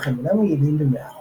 אך הם אינם יעילים ב-100%.